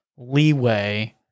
leeway